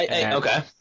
Okay